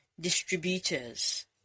distributors